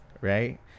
right